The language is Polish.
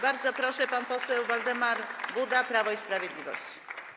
Bardzo proszę, pan poseł Waldemar Buda, Prawo i Sprawiedliwość.